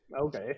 Okay